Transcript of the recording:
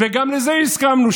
וגם לזה הסכמנו,